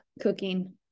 cooking